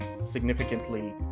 significantly